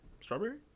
strawberry